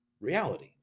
reality